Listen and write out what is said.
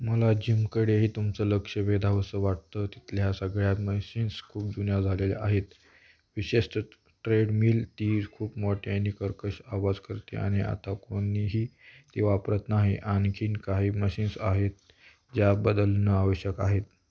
मला जिमकडेही तुमचं लक्ष वेधावंसं वाटतं तिथल्या सगळ्या मशीन्स खूप जुन्या झालेल्या आहेत विशेषतः ट्रेडमिल ती खूप मोठे आणि कर्कश आवाज करते आणि आता कोणीही ती वापरत नाही आणखीन काही मशीन्स आहेत ज्या बदलणं आवश्यक आहेत